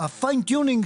ה-Fine Tuning,